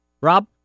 Rob